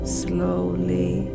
slowly